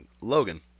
Logan